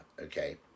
okay